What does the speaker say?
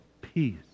peace